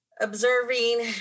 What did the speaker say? Observing